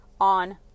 on